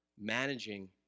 managing